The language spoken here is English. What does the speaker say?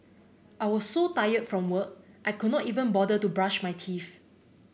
I was so tired from work I could not even bother to brush my teeth